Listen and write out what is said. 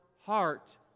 Heart